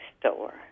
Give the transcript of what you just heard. store